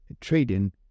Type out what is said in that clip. Trading